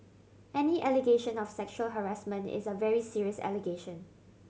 any allegation of sexual harassment is a very serious allegation